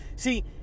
See